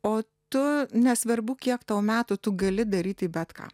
o tu nesvarbu kiek tau metų tu gali daryti bet ką